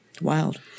Wild